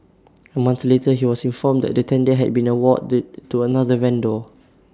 A month later he was informed that the tender had been awarded to another vendor